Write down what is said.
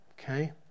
okay